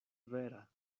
vera